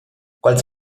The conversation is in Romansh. quels